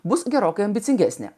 bus gerokai ambicingesnė